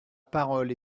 parole